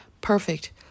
perfect